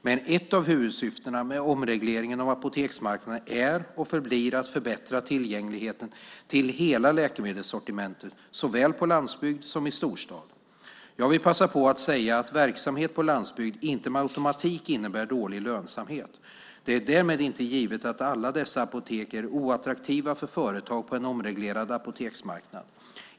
Men ett av huvudsyftena med omregleringen av apoteksmarknaden är och förblir att förbättra tillgängligheten till hela läkemedelssortimentet, såväl på landsbygd som i storstad. Jag vill passa på att säga att verksamhet på landsbygd inte med automatik innebär dålig lönsamhet. Det är därmed inte givet att alla dessa apotek är oattraktiva för företag på en omreglerad apoteksmarknad.